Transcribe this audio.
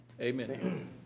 Amen